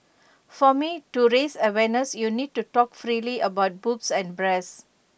for me to raise awareness you need to talk freely about boobs and breasts